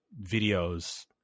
videos